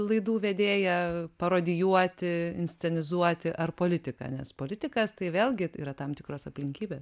laidų vedėją parodijuoti inscenizuoti ar politiką nes politikas tai vėlgi yra tam tikros aplinkybės